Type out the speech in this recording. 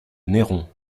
néron